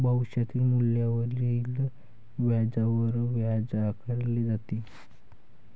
भविष्यातील मूल्यावरील व्याजावरच व्याज आकारले जाते